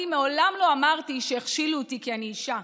מעולם לא אמרתי שהכשילו אותי כי אני אישה.